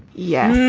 yes.